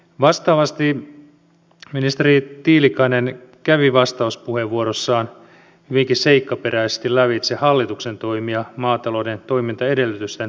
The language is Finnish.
vastaavasti ministeri tiilikainen kävi vastauspuheenvuorossaan hyvinkin seikkaperäisesti lävitse hallituksen toimia maatalouden toimintaedellytysten parantamiseksi